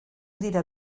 dira